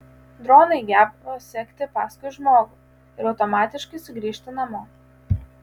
dronai geba sekti paskui žmogų ir automatiškai sugrįžti namo